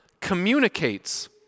communicates